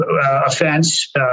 offense